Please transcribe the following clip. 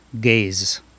gaze